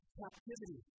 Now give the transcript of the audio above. captivity